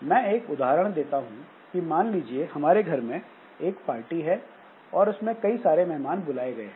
मैं एक उदाहरण देता हूं कि मान लीजिए हमारे घर में एक पार्टी है और उसमें कई सारे मेहमान बुलाए गए हैं